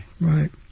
Right